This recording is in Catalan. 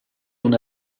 una